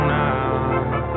now